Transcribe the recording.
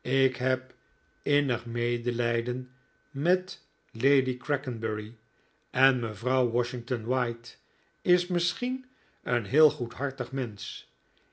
ik heb innig medelijden met lady crackenbury en mevrouw washington white is misschien een heel goedhartig mensch